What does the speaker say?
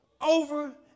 over